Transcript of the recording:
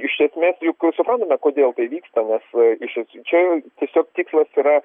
iš esmės juk suprantame kodėl tai vyksta nes iš čia tiesiog tikslas yra